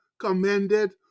commended